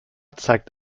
zeigt